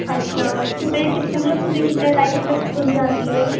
اچھا صُبح كتنے مطلب صُبح كتنا ٹائم تک كُھل جاتی ہے